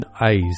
eyes